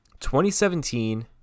2017